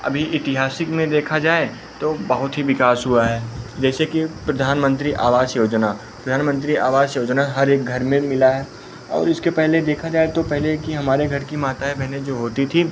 अभी एतिहासिक में देखा जाए तो बहुत ही विकास हुआ है जैसे कि प्रधानमन्त्री आवास योजना प्रधानमन्त्री आवास योजना हर एक घर में मिला है और इसके पहले देखा जाए तो पहले की हमारे घर की माताएँ बहनें जो होती थीं